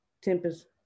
Tempest